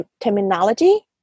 terminology